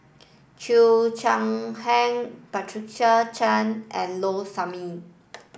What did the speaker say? Cheo Chai Hiang Patricia Chan and Low Sanmay